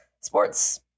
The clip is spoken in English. sports